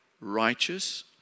righteous